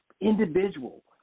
individual